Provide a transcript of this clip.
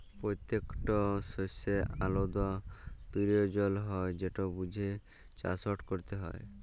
পত্যেকট শস্যের আলদা পিরয়োজন হ্যয় যেট বুঝে চাষট ক্যরতে হয়